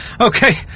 okay